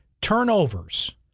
turnovers